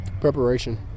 Preparation